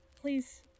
please